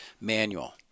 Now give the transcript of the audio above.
manual